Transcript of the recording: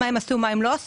מה הן עשו ומה לא,